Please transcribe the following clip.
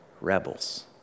Rebels